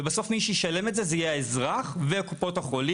ובסוף מי שיצטרך לשלם את זה - זה יהיה האזרח וקופות החולים,